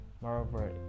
moreover